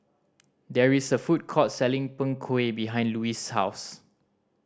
there is a food court selling Png Kueh behind Louise's house